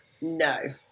No